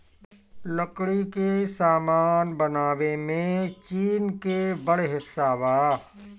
लकड़ी के सामान बनावे में चीन के बड़ हिस्सा बा